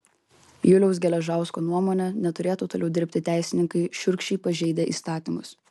juliaus geležausko nuomone neturėtų toliau dirbti teisininkai šiurkščiai pažeidę įstatymus